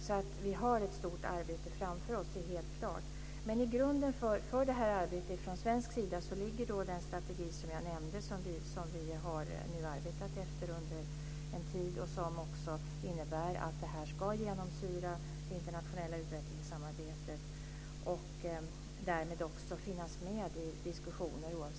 Vi har helt klart ett stort arbete framför oss. I grunden för det arbetet ligger från svensk sida den strategi som jag nämnde och som vi nu har arbetat efter under en tid. Den ska genomsyra det internationella utvecklingssamarbetet och därmed också finnas med i diskussioner.